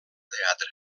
teatre